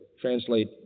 translate